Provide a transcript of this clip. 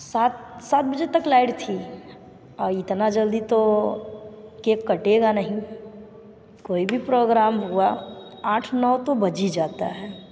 सात सात बजे तक लाइट थी और इतना जल्दी तो केक कटेगा नहीं कोई भी प्रोग्राम हुआ आठ नौ तो बज ही जाता है